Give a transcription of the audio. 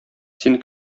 син